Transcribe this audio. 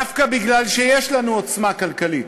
דווקא מפני שיש לנו עוצמה כלכלית,